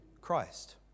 Christ